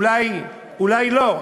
אולי לא,